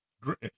great